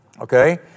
okay